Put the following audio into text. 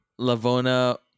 Lavona